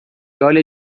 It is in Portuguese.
olha